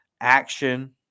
action